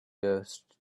ghost